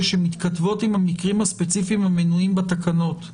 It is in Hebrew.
שמתכתבות עם המקרים הספציפיים המנויים בתקנות,